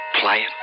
pliant